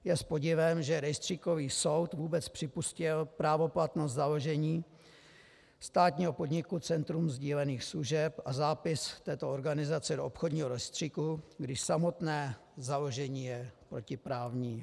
Je s podivem, že rejstříkový soud vůbec připustil právoplatnost založení státního podniku Centrum sdílených služeb a zápis této organizace do obchodního rejstříku, když samotné založení je protiprávní.